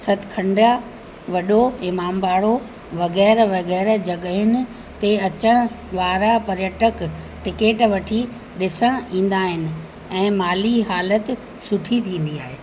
सतखंडा वॾो इमाम बाड़ो वग़ैरह वग़ैरह जॻहियुनि ते अचणु वारा पर्यटक टिकेट वठी ॾिसणु ईंदा आहिनि ऐं माली हालति सुठी थींदी आहे